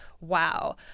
wow